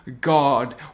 God